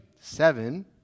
Seven